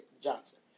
Johnson